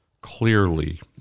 clearly